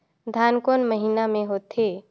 धान कोन महीना मे होथे?